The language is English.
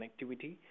connectivity